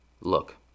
Look